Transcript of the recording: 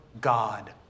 God